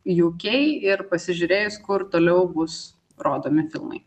uk ir pasižiūrėjus kur toliau bus rodomi filmai